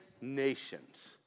nations